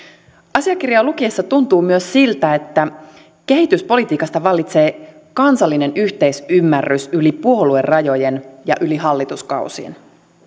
asiakirjaa lukiessa tuntuu myös siltä että kehityspolitiikasta vallitsee kansallinen yhteisymmärrys yli puoluerajojen ja yli hallituskausien